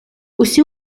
усі